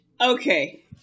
okay